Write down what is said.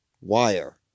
wire